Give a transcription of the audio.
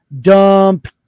dump